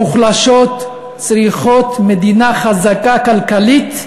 מוחלשות, צריכות מדינה חזקה כלכלית,